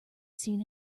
seen